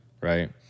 right